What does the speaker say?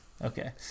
okay